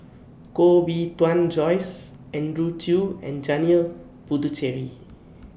Koh Bee Tuan Joyce Andrew Chew and Janil Puthucheary